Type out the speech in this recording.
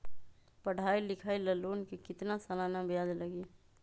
पढाई लिखाई ला लोन के कितना सालाना ब्याज लगी?